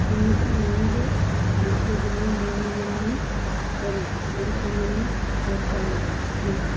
ଏମିତି ନାହିଁ ଯେ ନୃତ୍ୟ କେବଳ ମହିଳାମାନେ ହିଁ କରନ୍ତି ପୁରୁଷମାନେ କରିପାରନ୍ତି ନାହିଁ